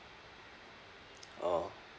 oh